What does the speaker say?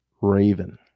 Raven